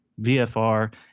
VFR